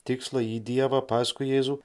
tikslą į dievą paskui jėzų